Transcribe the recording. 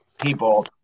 people